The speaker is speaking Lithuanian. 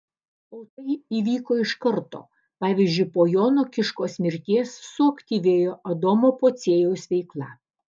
o tai įvyko iš karto pavyzdžiui po jono kiškos mirties suaktyvėjo adomo pociejaus veikla